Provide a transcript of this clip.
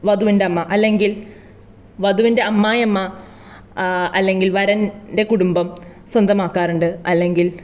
വധുവിൻറ്റെ അമ്മ അല്ലെങ്കിൽ വധുവിൻറ്റെ അമ്മായിയമ്മ അല്ലെങ്കിൽ വരൻറ്റെ കുടുംബം സ്വന്തമാക്കാറുണ്ട് അല്ലെങ്കിൽ